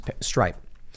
Stripe